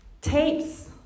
tapes